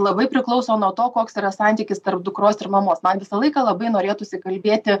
labai priklauso nuo to koks yra santykis tarp dukros ir mamos man visą laiką labai norėtųsi kalbėti